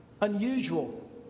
unusual